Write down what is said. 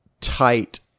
tight